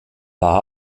war